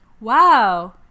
wow